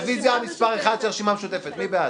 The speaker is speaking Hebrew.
רביזיה מס' 1 של הרשימה המשותפת, מי בעד?